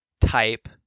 type